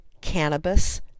cannabis